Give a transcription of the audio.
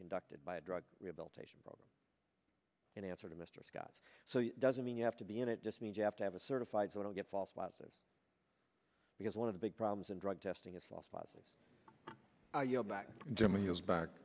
conducted by a drug rehabilitation program in answer to mr scott so doesn't mean you have to be in it just means you have to have a certified so to get false positives because one of the big problems and drug testing of false positives are you know back to germany is back